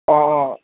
অঁ অঁ